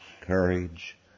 courage